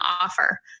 offer